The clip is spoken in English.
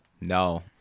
no